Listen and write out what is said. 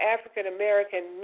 African-American